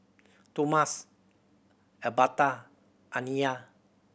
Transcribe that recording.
Tomas Elberta Amiya